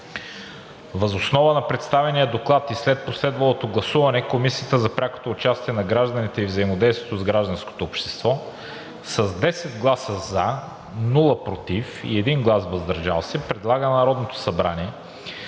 Въз основа на представения Доклад и след последвалото гласуване Комисията за прякото участие на гражданите и взаимодействието с гражданското общество, с 10 гласа „за“ без „против“ и „въздържал се“ 1 глас, предлага на Народното събрание